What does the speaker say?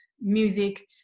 music